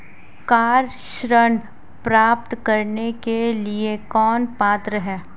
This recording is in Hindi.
कार ऋण प्राप्त करने के लिए कौन पात्र है?